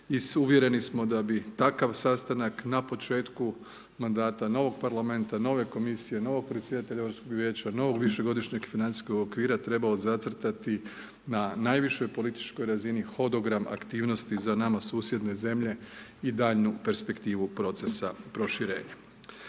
uvjereni smo bi takav sastanak na početku mandata novog parlamenta, nove komisije, novog predsjedatelja vijeća, novog višegodišnjeg financijskog okvira trebao zacrtati na najvišoj političkoj razini hodogram aktivnosti za nama susjedne zemlje i daljnju perspektivu procesa proširenja.